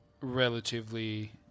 relatively